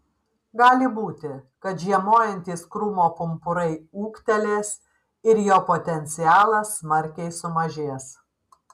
gali būti kad žiemojantys krūmo pumpurai ūgtelės ir jo potencialas smarkiai sumažės